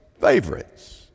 favorites